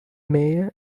mayor